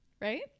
right